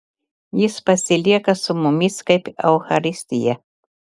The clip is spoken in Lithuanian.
jis pasilieka su mumis kaip eucharistija